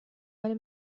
ولی